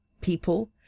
people